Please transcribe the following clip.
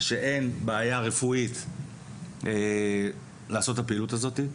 שאין בעיה רפואית שמונעת לעשות את הפעילות הזו.